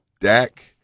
Dak